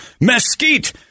mesquite